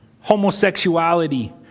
homosexuality